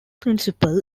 principal